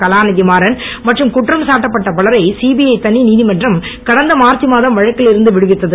கலாநிதி மாறன் மற்றும் குற்றம் சாட்டப்பட்ட பலரை சிபிஐ தனிநீதிமன்றம் கடந்த மார்ச் மாதம் வழக்கில் இருந்து விடுவித்தது